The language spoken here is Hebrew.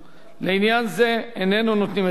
לעניין זה איננו נותנים את הדעת.